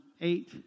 eight